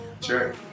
sure